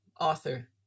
author